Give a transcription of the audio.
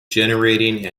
generating